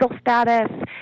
status